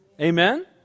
Amen